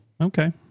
Okay